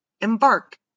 embark